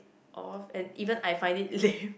off and even I find it lame